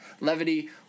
levity